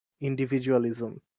individualism